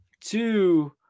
two